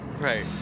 Right